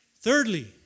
Thirdly